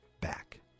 back